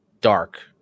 dark